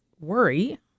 worry